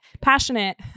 passionate